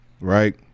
right